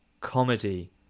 comedy